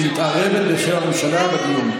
היא מתערבת בשם הממשלה בדיון.